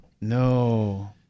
No